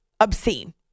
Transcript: obscene